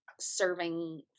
serving